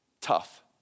tough